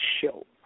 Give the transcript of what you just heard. show